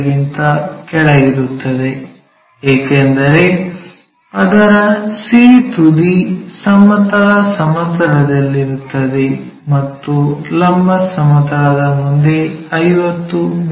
ಗಿಂತ ಕೆಳಗಿರುತ್ತದೆ ಏಕೆಂದರೆ ಅದರ c ತುದಿ ಸಮತಲ ಸಮತಲದಲ್ಲಿರುತ್ತದೆ ಮತ್ತು ಲಂಬ ಸಮತಲದ ಮುಂದೆ 50 ಮಿ